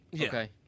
okay